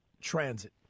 Transit